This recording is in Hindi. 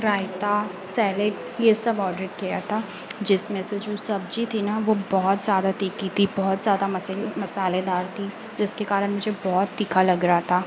रायता सेलेड यह सब ओडर किया था जिसमें से जो सब्ज़ी थी ना वह बहुत ज़्यादा तीखी थी बहुत ज़्यादा मेस मसालेदार थी जिसके कारण मुझे बहुत तीखा लग रहा था